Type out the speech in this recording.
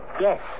Yes